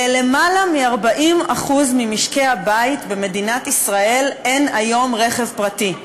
ליותר מ-40% ממשקי-הבית במדינת ישראל היום אין רכב פרטי.